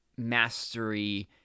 Mastery